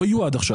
לא היו עד עכשיו.